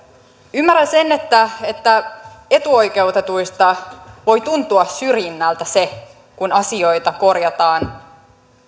ymmärrän sen että että etuoikeutetuista voi tuntua syrjinnältä se kun asioita korjataan